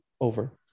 over